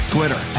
Twitter